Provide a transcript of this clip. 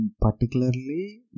Particularly